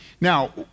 Now